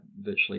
virtually